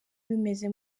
bimeze